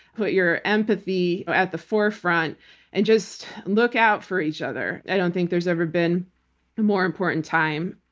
put your empathy at the forefront and just look out for each other. i don't think there's ever been a more important time.